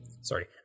Sorry